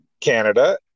Canada